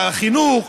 לחינוך,